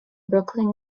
brooklyn